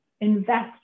invest